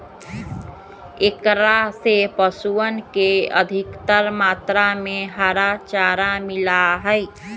एकरा से पशुअन के अधिकतर मात्रा में हरा चारा मिला हई